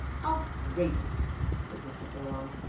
outrageous! said mr. furlong.